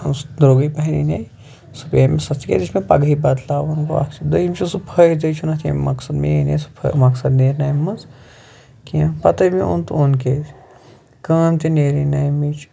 سُہ درٛوٚگُے پَہَن اَنیٚو سُہ پیٚیے مےٚ سَستہٕ تِکیٛازِ یہِ چھِ مےٚ پَگہٕے بدلاوُن گوٚو اَکھ چیٖز دوٚیِم چیٖز سُہ فٲہِدَے چھُنہٕ اَتھ ییٚمہِ مقصد مےٚ اَنیٚو سُہ فٲ سُہ مقصد نیرِ نہٕ اَمہِ منٛز کینٛہہ پَتَے مےٚ اوٚن تہٕ اوٚن کیٛازِ کٲم تہِ نیرِ ہے نہٕ اَمِچ